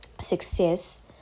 success